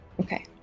Okay